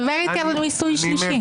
דבר איתי על מיסוי דירה שלישית.